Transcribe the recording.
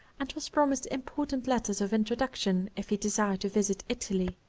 and was promised important letters of introduction if he desired to visit italy.